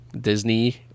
disney